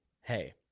hey